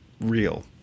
real